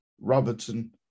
Robertson